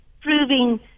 proving